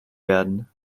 werden